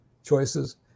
choices